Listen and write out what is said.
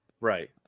Right